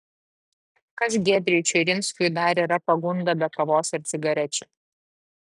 kas giedriui čiurinskui dar yra pagunda be kavos ir cigarečių